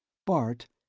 bart,